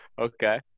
Okay